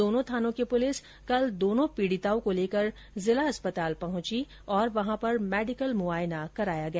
दोनों थानों की पुलिस कल दोनों पीड़िताओं को लेकर जिला अस्पताल पहुंची और वहा पर मेडिकल मुआयना कराया गया